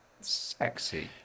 Sexy